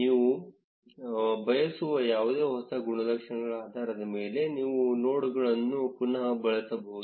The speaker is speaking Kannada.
ನೀವು ಬಯಸುವ ಯಾವುದೇ ಹೊಸ ಗುಣಲಕ್ಷಣಗಳ ಆಧಾರದ ಮೇಲೆ ನೀವು ನೋಡ್ಗಳನ್ನು ಪುನಃ ಬಣ್ಣಿಸಬಹುದು